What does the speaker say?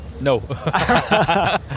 No